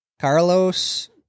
Carlos